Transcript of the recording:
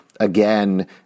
Again